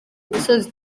gusoza